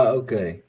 okay